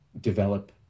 develop